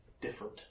different